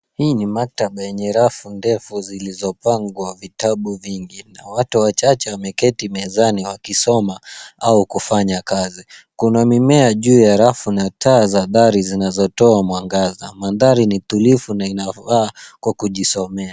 Hii ni maktaba yenye rafu ndefu zilizopangwa vitabu vingi. Na watu wachache wameketi mezani wakisoma au kufanya kazi. Kuna mimea juu ya rafu na taa za athari zinazotoa mwangaza. Mandhari ni tulivu na inafaa kwa kujisomea.